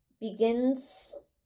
begins